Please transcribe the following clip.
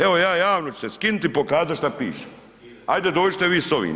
Evo, ja javno ću se skinut i pokazat šta piše, ajde dođite vi s ovim.